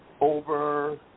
over